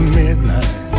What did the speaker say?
midnight